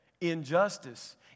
Injustice